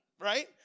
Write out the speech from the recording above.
Right